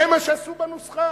זה מה שעשו בנוסחה.